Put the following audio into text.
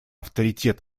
авторитет